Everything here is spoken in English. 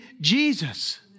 Jesus